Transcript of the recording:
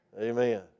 Amen